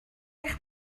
eich